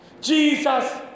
Jesus